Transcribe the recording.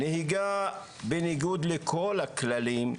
נהיגה בניגוד לכל הכללים,